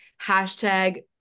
hashtag